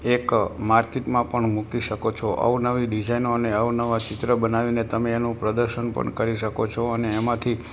એક માર્કેટમાં પણ મૂકી શકો છો અવનવી ડીઝાઇનો અને અવનવાં ચિત્ર બનાવીને તમે એનું પ્રદર્શન પણ કરી શકો છો અને એમાંથી